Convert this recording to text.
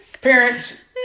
Parents